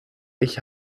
ich